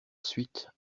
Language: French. suite